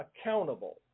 accountable